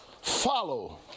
follow